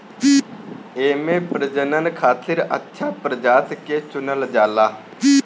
एमे प्रजनन खातिर अच्छा प्रजाति के चुनल जाला